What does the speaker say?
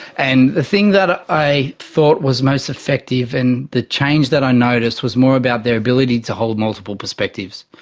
and the things that ah i thought was most effective in the change that i noticed was more about their ability to hold multiples perspectives.